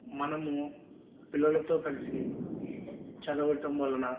మనము పిల్లలతో కలిసి చదవటం వలన